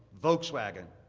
volkswagen,